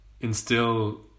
instill